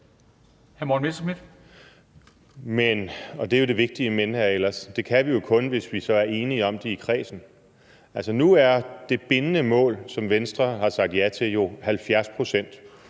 det er jo det vigtige men, hr. Ahlers – det kan vi jo kun, hvis vi så er enige om det i kredsen. Altså, nu er det bindende mål, som Venstre har sagt ja til, jo 70 pct.,